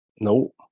No